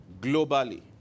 globally